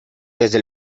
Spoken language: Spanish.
desde